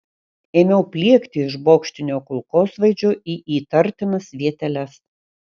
ėmiau pliekti iš bokštinio kulkosvaidžio į įtartinas vieteles